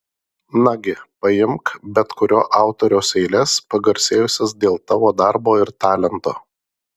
nagi paimk bet kurio autoriaus eiles pagarsėjusias dėl tavo darbo ir talento